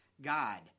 God